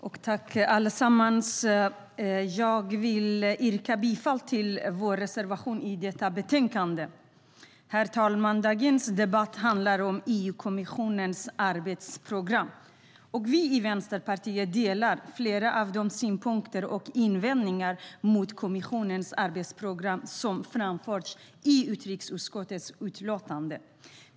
Herr talman! Jag vill yrka bifall till vår reservation i detta utlåtande. Dagens debatt handlar om EU-kommissionens arbetsprogram. Vi i Vänsterpartiet delar flera av de synpunkter och invändningar mot kommissionens arbetsprogram som framförts i utrikesutskottets utlåtande.